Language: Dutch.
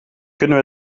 kunnen